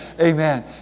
Amen